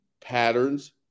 patterns